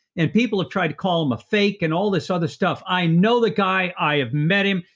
and people have tried to call him a fake and all this other stuff. i know the guy. i have met him.